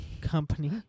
company